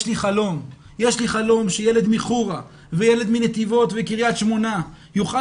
יש לי חלום שילד מחורה וילד מנתיבות וקריית שמונה יוכל